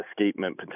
escapement